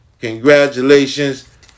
Congratulations